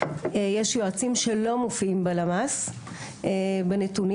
יש יועצים שלא מופיעים בלמ"ס בנתונים,